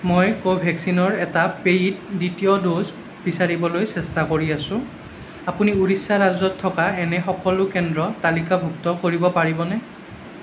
মই ক'ভেক্সিনৰ এটা পে'ইড দ্বিতীয় ড'জ বিচাৰিবলৈ চেষ্টা কৰি আছোঁ আপুনি উৰিষ্যা ৰাজ্যত থকা এনে সকলো কেন্দ্ৰ তালিকাভুক্ত কৰিব পাৰিবনে